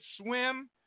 swim